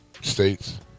states